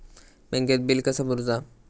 बँकेत बिल कसा भरुचा?